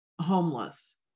homeless